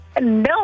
No